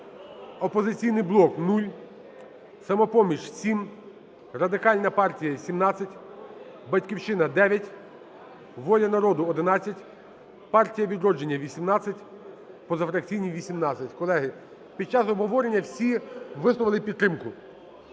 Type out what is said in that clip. "Опозиційний блок" – 0, "Самопоміч" – 7, Радикальна партія – 17, "Батьківщина" – 9, "Воля народу" – 11, "Партія "Відродження" – 18, позафракційні – 18. Колеги, під час обговорення всі висловили підтримку.